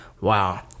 Wow